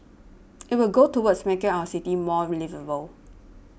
it will go towards making our city more liveable